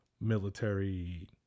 military